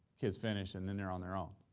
kids finish, and then they're on their own.